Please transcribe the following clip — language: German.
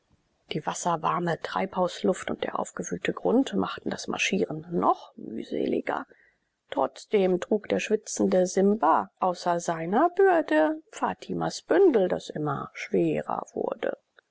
die wasserwarme treibhausluft und der aufgeweichte grund machten das marschieren noch mühseliger trotzdem trug der schwitzende simon außer seiner bürde fatimas bündel das immer schwerer wurde